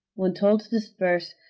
when told to disperse,